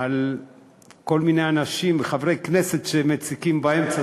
לכל מיני אנשים, חברי כנסת, שמציקים באמצע.